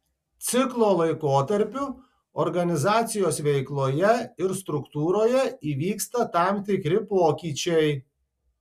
ciklo laikotarpiu organizacijos veikloje ir struktūroje įvyksta tam tikri pokyčiai